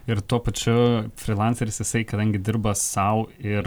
ir tuo pačiu frylanceris jisai kadangi dirba sau ir